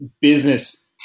business